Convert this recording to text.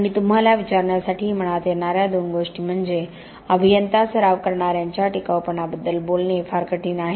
आणि तुम्हाला विचारण्यासाठी मनात येणाऱ्या दोन गोष्टी म्हणजे अभियंता सराव करणाऱ्यांच्या टिकाऊपणाबद्दल बोलणे फार कठीण आहे